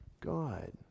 god